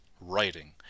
writing